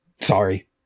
sorry